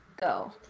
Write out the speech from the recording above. go